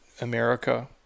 America